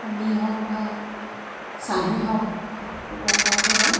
হুমি হওক বা চাহী হওক কুকুৰাৰ গাঁতহে হয়